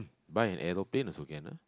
buy an aeroplane also can ah